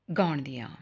ਗਾਉਣ ਦੀਆ